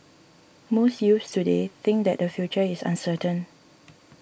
most youths today think that their future is uncertain